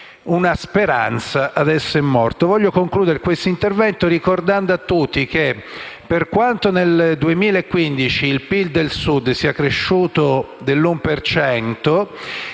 una speranza, adesso è morto. Desidero concludere il mio intervento ricordando a tutti che per quanto nel 2015 il PIL del Sud sia cresciuto dell'1